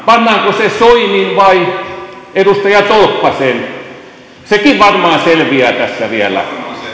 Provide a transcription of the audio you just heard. pannaan pannaanko se soinin vai edustaja tolppasen sekin varmaan selviää tässä vielä